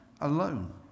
alone